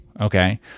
okay